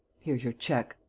here's your cheque.